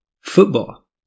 football